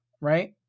right